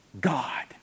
God